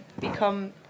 become